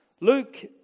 Luke